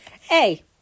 Hey